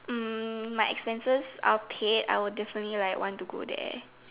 um my expenses are paid I would definitely like want to go there